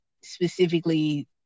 specifically